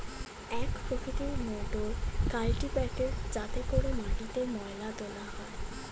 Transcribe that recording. এক প্রকৃতির মোটর কাল্টিপ্যাকের যাতে করে মাটিতে ময়লা তোলা হয়